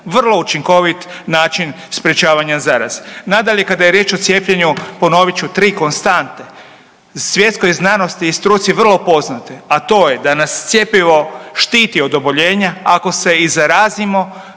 Vrlo učinkovit način sprječavanje zaraze. Nadalje, kada je riječ o cijepljenju ponovit ću 3 konstante svjetskoj znanosti i struci vrlo poznate, a to je da nas cjepivo štiti od oboljenja ako se i zarazimo,